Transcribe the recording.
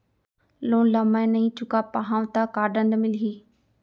Loan ला मैं नही चुका पाहव त का दण्ड मिलही?